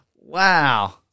Wow